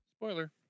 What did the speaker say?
Spoiler